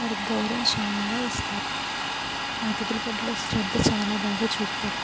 వారికి గౌరవం చాలా ఇస్తారు అతిథుల పట్ల శ్రద్ధ చాలా బాగా చూపుతారు